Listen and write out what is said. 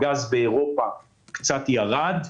מחיר הגז באירופה קצת ירד.